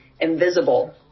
invisible